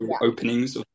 openings